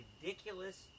ridiculous